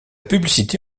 publicité